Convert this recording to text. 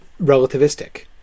relativistic